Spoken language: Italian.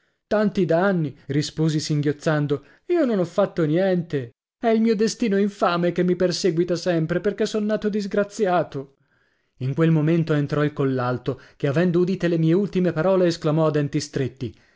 tanti danni risposi singhiozzando io non ho fatto niente è il mio destino infame che mi perseguita sempre perché son nato disgraziato in quel momento entrò il collalto che avendo udite le mie ultime parole esclamò a denti stretti